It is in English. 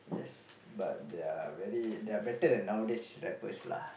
yes but they're very they're better than nowadays rappers lah